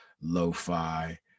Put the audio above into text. lo-fi